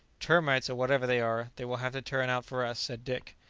termites, or whatever they are, they will have to turn out for us, said dick.